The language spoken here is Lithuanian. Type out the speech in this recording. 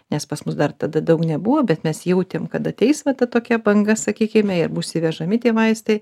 nes pas mus dar tada daug nebuvo bet mes jautėm kad ateis va ta tokia banga sakykime jie bus įvežami tie vaistai